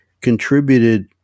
contributed